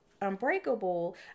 Unbreakable